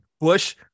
Bush